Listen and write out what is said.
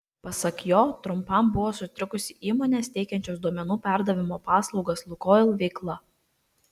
pasak jo trumpam buvo sutrikusi įmonės teikiančios duomenų perdavimo paslaugas lukoil veikla